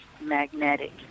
magnetic